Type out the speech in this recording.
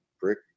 Brick